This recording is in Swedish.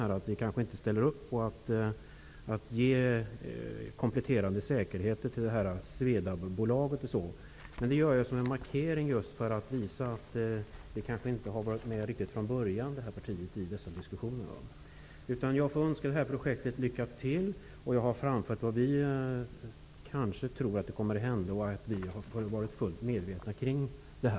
Vi ställer kanske inte upp på att man skall ge kompletterande säkerhet till Swedab-bolaget. Men detta gör jag som en markering för att visa att vårt parti inte har varit med i diskussionerna riktigt från början. Jag önskar detta projekt lycka till. Jag har nu framfört vad vi tror kanske kommer att hända och att vi har varit fullt medvetna om detta.